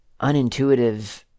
unintuitive